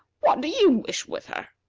what do you wish with her?